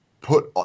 Put